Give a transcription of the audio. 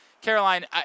Caroline